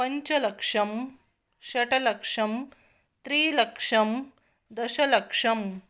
पञ्चलक्षं षट्लक्षं त्रिलक्षं दशलक्षम्